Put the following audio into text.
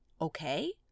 okay